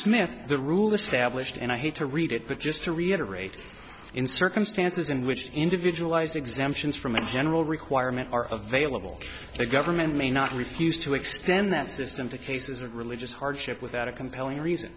smith the rule established and i hate to read it but just to reiterate in circumstances in which the individual is exemptions from a general requirement are of vailable the government may not refuse to extend that system to cases of religious hardship without a compelling reason